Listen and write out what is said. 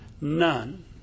none